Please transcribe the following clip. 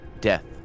Death